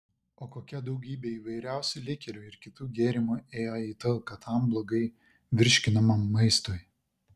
o kokia daugybė įvairiausių likerių ir kitų gėrimų ėjo į talką tam blogai virškinamam maistui